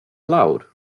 lawr